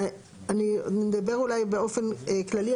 אוקיי, אז אנחנו נגיע באמת בדיון הבא.